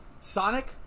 Sonic